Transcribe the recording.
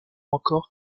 encore